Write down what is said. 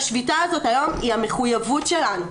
השביתה הזו היום היא המחויבות שלנו.